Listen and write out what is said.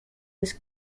was